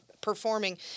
performing